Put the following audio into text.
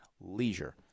leisure